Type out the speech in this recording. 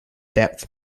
depth